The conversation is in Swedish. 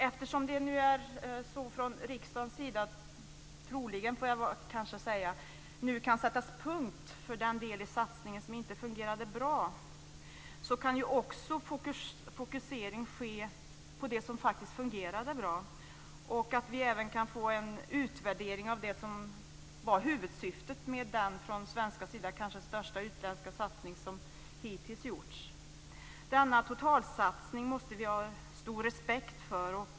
Eftersom det nu från riksdagens sida troligen kan sättas punkt för den del i satsningen som inte fungerade bra, så kan också fokusering ske på det som faktiskt fungerade bra, så att vi kan få en utvärdering av det som var huvudsyftet med den kanske den största utländska satsning som hittills gjorts från svensk sida. Denna totalsatsning måste vi ha stor respekt för.